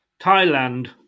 Thailand